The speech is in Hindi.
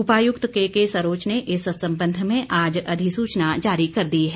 उपायुक्त केके सरोच ने इस संबंध में आज अधिसूचना जारी कर दी है